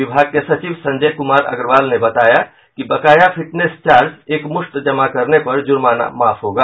विभाग के सचिव संजय कुमार अग्रवाल ने बताया कि बकाया फिटनेस चार्ज एकमुश्त जमा करने पर जुर्माना माफ होगा